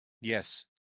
Yes